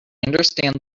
understand